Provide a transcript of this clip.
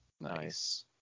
Nice